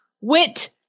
wit